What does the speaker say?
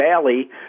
Valley